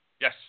Yes